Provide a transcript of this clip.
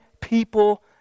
people